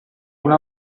una